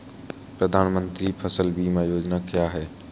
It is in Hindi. प्रधानमंत्री फसल बीमा योजना क्या है?